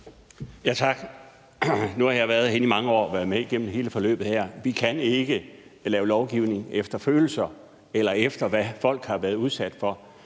med igennem hele forløbet her. Vi kan ikke lave lovgivning efter følelser eller efter, hvad folk har været udsat for.